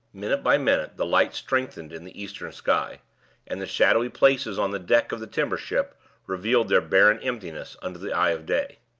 minute by minute the light strengthened in the eastern sky and the shadowy places on the deck of the timber-ship revealed their barren emptiness under the eye of day.